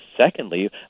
Secondly